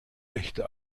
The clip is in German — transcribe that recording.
echte